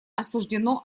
осуждено